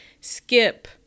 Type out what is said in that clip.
skip